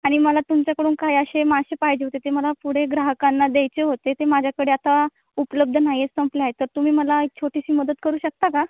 आणि मला तुमच्याकडून काही असे मासे पाहिजे होते ते मला पुढे ग्राहकांना द्यायचे होते ते माझ्याकडे आता उपलब्ध नाही आहे संपले आहेत तर तुम्ही मला एक छोटीशी मदत करू शकता का